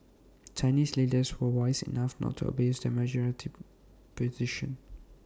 Chinese leaders were wise enough not to abuse their majority position